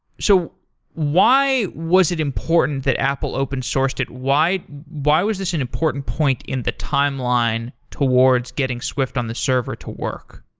so why was it important that apple open-sourced it? why why was this an important point in the timeline towards getting swift on the server to work?